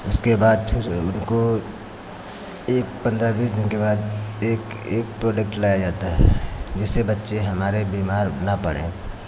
उसके बाद फिर उनको एक पन्द्रह बीस दिन के बाद एक एक प्रोडक्ट लाया जाता है जैसे बच्चे हमारे बीमार ना पड़े